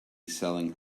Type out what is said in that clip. selling